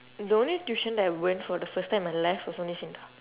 the only tuition that I went for the first time in my life was only SINDA